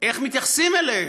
איך מתייחסים אליהם.